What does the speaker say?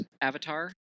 Avatar